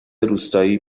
روستایی